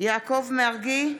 יעקב מרגי,